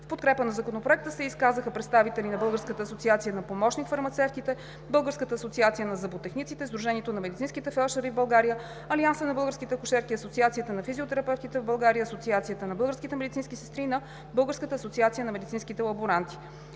В подкрепа на Законопроекта се изказаха представители на Българската асоциация на помощник-фармацевтите, Българската асоциация на зъботехниците, Сдружението на медицинските фелдшери в България, Алианса на българските акушерки, Асоциацията на физиотерапевтите в България, Асоциацията на българските медицински сестри и на Българската асоциация на медицинските лаборанти.